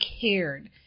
cared